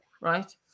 right